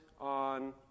on